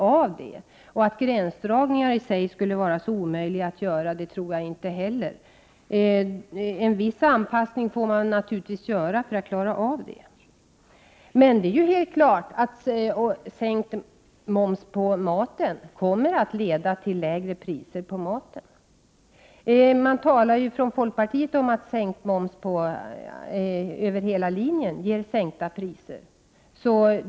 Att gränsdragningar i sig skulle vara så omöjliga att göra tror jag inte heller. En viss anpassning får naturligtvis göras för att klara uppgiften. Men det är helt klart att sänkt moms kommer att leda till lägre priser på maten. Folkpartiet talade ju om att sänkt moms över hela linjen ger sänkta priser.